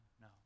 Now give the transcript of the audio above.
No